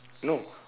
no